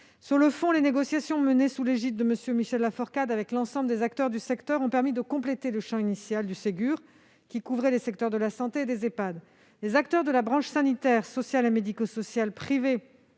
Sur le fond, les négociations menées sous l'égide de M. Michel Laforcade avec l'ensemble des acteurs du secteur ont permis de compléter le champ initial du Ségur de la santé, qui couvrait les secteurs de la santé et des Ehpad. Les acteurs de la branche sanitaire, sociale et médico-sociale privée